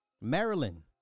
Maryland